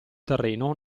terreno